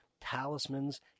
talismans